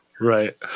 Right